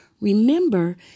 Remember